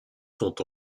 sont